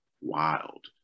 wild